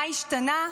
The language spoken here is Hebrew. מה השתנה?